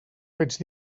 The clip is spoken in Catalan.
vaig